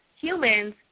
humans